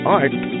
art